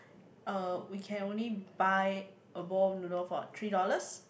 uh we can only buy a bowl of noodle for three dollars